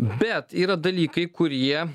bet yra dalykai kurie